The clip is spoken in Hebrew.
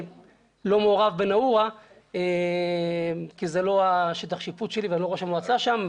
אני לא מעורב בנאעורה כי זה לא שטח השיפוט שלי ואני לא ראש המועצה שם,